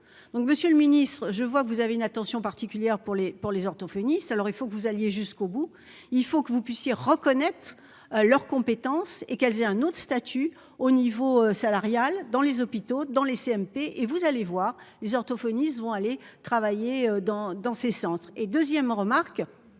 Donc Monsieur le Ministre, je vois que vous avez une attention particulière pour les pour les orthophonistes. Alors il faut que vous alliez jusqu'au bout, il faut que vous puissiez reconnaître leurs compétences et qu'elles aient un autre statut au niveau salarial dans les hôpitaux, dans les CMP et vous allez voir les orthophonistes vont aller travailler dans, dans ces centres et 2ème remarque